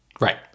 Right